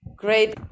Great